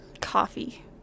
Coffee